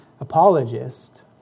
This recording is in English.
apologist